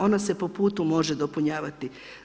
Ona se po putu može dopunjavati.